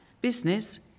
business